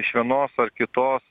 iš vienos ar kitos